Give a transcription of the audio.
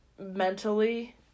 mentally